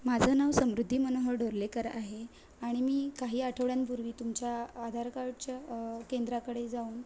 माझं नाव समृद्दी मनोहर डोरलेकर आहे आणि मी काही आठवड्यांपूर्वी तुमच्या आधार कार्डच्या केंद्राकडे जाऊन